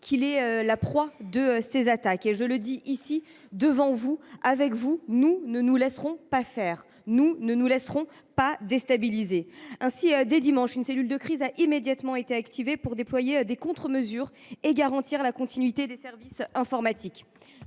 qu’il est la proie de ces attaques. Je le dis ici, devant vous, avec vous : nous ne nous laisserons pas faire, nous ne nous laisserons pas déstabiliser. Dès dimanche, une cellule de crise a immédiatement été activée pour déployer des contre mesures et garantir la continuité des services informatiques.